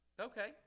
Okay